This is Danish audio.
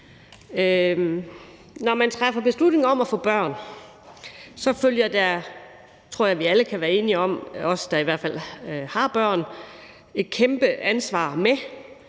Når man træffer beslutning om at få børn, følger der – det tror jeg vi alle kan være enige om, i hvert fald os der har børn – et kæmpe ansvar med.